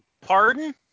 Pardon